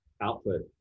output